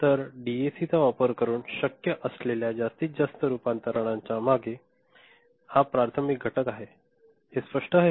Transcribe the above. तर डीएसीचा वापर करून शक्य असलेल्या जास्तीत जास्त रूपांतरणाच्या मागे हा प्राथमिक घटक आहे हे स्पष्ट आहे का